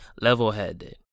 level-headed